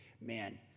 man